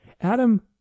Adam